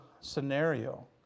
scenario